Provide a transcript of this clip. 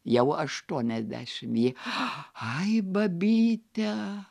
jau aštuoniasdešim ji ai babyte